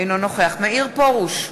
אינו נוכח מאיר פרוש,